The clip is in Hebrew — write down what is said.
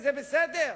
וזה בסדר.